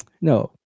no